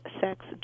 sex